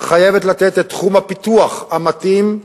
חייבת לתת את תחום הפיתוח המתאים,